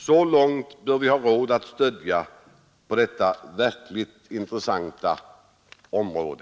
Så långt bör vi ha råd att stödja på detta verkligt intressanta område.